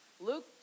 Luke